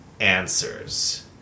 answers